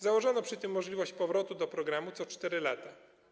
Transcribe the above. Założono przy tym możliwość powrotu do programu co 4 lata.